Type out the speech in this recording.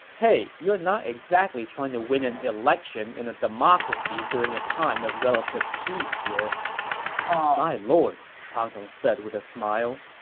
hey, you're not exactly trying to win an election in a democracy during a time of relative peace here my lord, pang tong said with a smile,